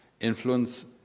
influence